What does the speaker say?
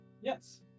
yes